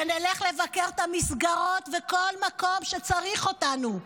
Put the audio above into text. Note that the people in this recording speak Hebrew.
ונלך לבקר את המסגרות בכל מקום שצריך אותנו,